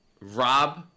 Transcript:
Rob